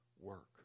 work